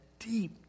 deep